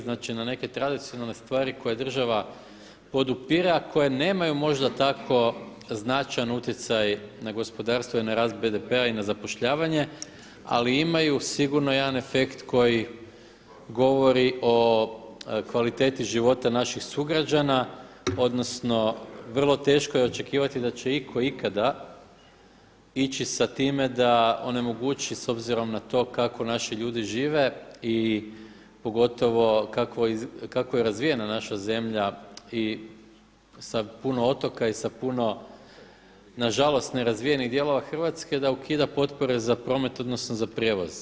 Znači na neke tradicionalne stvari koje država podupire a koje nemaju možda tako značajan utjecaj na gospodarstvo i na rast BDP-a i na zapošljavanje, ali imaju sigurno jedan efekt koji govori o kvaliteti života naših sugrađana, odnosno vrlo teško je očekivati da će itko ikada ići sa time da onemogući s obzirom na to kako naši ljudi žive i pogotovo kako je razvijena naša zemlja i sa puno otoka i sa puno na žalost nerazvijenih dijelova Hrvatske da ukida potpore za promet, odnosno za prijevoz.